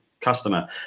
customer